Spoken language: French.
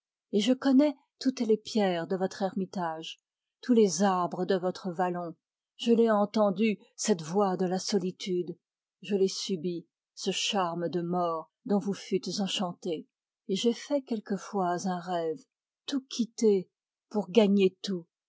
et je connais les pierres de votre ermitage tous les arbres de votre vallon je l'ai entendue cette voix de la solitude je l'ai subi ce charme de mort dont vous fûtes enchantés et j'ai fait quelquefois un rêve tout quitter pour gagner tout